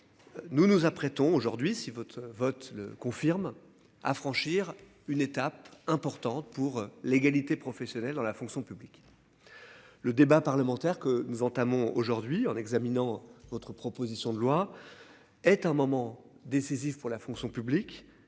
Nous nous apprêtons aujourd'hui si votre. Votre le confirme à franchir une étape importante pour l'égalité professionnelle dans la fonction publique. Le débat parlementaire que nous entamons aujourd'hui en examinant autre proposition de loi. Est un moment décisif pour la fonction publique